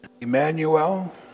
Emmanuel